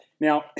Now